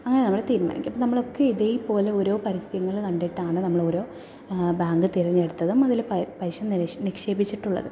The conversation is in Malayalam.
അങ്ങനെ നമ്മൾ തീരുമാനിക്കും നമ്മളൊക്കെ ഇതേപോലെ ഓരോ പരസ്യങ്ങൾ കണ്ടിട്ടാണ് നമ്മൾ ഓരോ ബാങ്ക് തിരഞ്ഞെടുത്തതും അതിൽ പ പലിശ നിശേ നിക്ഷേപിച്ചിട്ടുള്ളതും